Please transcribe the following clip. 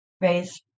raise